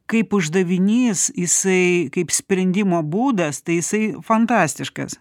kaip uždavinys jisai kaip sprendimo būdas tai jisai fantastiškas